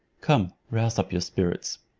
come rouse up your spirits.